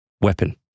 weapon